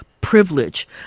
privilege